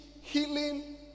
healing